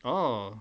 oh